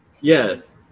Yes